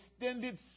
extended